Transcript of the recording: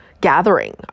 gathering